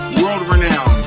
world-renowned